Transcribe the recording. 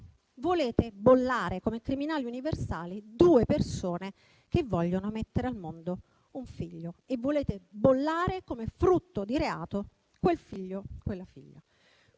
Volete però bollare come criminali universali due persone che vogliono mettere al mondo un figlio e come frutto di reato quel figlio o quella figlia.